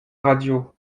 radio